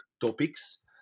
topics